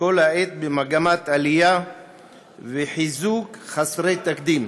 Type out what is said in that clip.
כל העת במגמת עלייה וחיזוק חסרי תקדים.